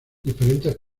diferentes